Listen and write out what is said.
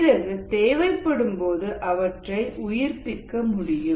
பிறகு தேவைப்படும்போது அவற்றை உயிர்ப்பிக்க முடியும்